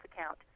account